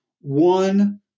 one